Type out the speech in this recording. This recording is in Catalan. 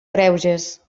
greuges